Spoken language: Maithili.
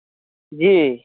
जी